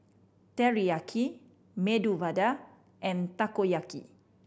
Teriyaki Medu Vada and Takoyaki